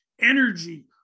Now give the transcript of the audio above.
energy